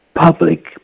public